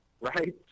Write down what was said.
right